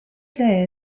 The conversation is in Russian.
для